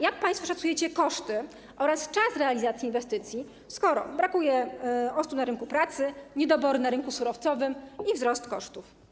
Jak państwo szacujecie koszty oraz czas realizacji inwestycji, skoro brakuje osób na rynku pracy, są niedobory na rynku surowcowym i jest wzrost kosztów?